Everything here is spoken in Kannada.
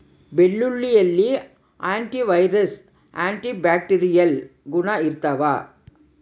ಬೆಳ್ಳುಳ್ಳಿಯಲ್ಲಿ ಆಂಟಿ ವೈರಲ್ ಆಂಟಿ ಬ್ಯಾಕ್ಟೀರಿಯಲ್ ಗುಣ ಇರ್ತಾವ